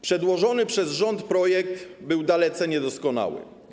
Przedłożony przez rząd projekt był dalece niedoskonały.